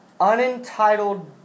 unentitled